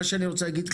מה שאני רוצה להגיד,